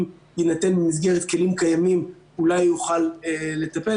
יינתן לו במסגרת כלים קיימים אולי יוכל לטפל.